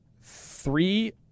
three